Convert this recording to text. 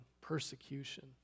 persecution